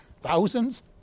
thousands